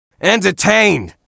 Entertained